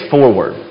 Forward